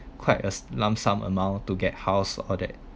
quite a lump sum amount to get house all that